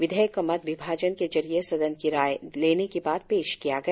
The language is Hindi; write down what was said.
विधेयक को मत विभाजन के जरिये सदन की राय लेने के बाद पेश किया गया